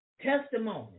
Testimony